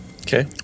Okay